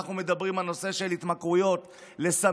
אנחנו מדברים על נושא של התמכרויות לסמים,